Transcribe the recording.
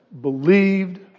believed